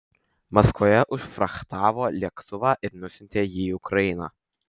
maskvoje užfrachtavo lėktuvą ir nusiuntė jį į ukrainą